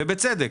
ובצדק.